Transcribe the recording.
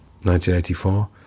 1984